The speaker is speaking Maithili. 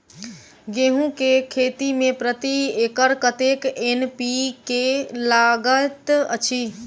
गेंहूँ केँ खेती मे प्रति एकड़ कतेक एन.पी.के लागैत अछि?